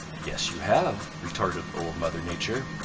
yes, you have, retorted old mother nature.